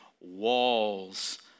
walls